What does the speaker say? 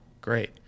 Great